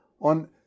on